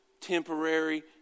temporary